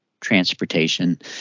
transportation